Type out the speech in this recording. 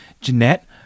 Jeanette